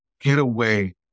getaway